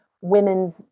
women's